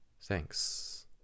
Thanks